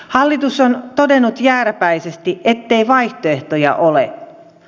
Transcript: hallitus on todennut jääräpäisesti ettei vaihtoehtoja ole